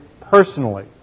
personally